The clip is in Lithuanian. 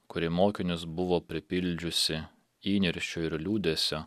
kuri mokinius buvo pripildžiusi įniršio ir liūdesio